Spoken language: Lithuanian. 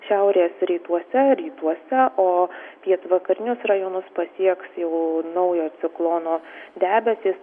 šiaurės rytuose rytuose o pietvakarinius rajonus pasieks jau naujo ciklono debesys